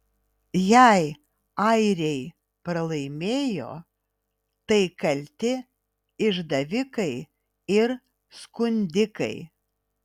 jei airiai pralaimėjo tai kalti išdavikai ir skundikai